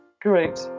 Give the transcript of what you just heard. Great